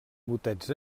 motets